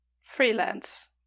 freelance